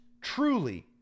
truly